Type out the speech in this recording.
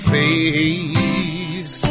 face